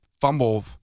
fumble